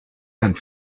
and